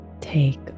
take